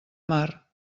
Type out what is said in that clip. mar